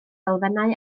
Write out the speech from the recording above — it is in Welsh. elfennau